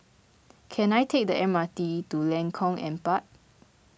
can I take the M R T to Lengkong Empat